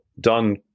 done